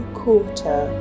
quarter